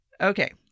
Okay